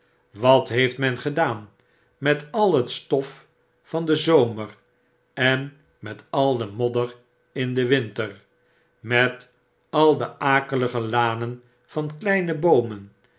wat heeft men gedaan met al het stof van den zomer en met al de modder van den winter met al de akelige lanen van kleine boomen